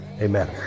amen